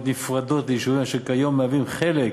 נפרדות ליישובים אשר כיום מהווים חלק